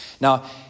Now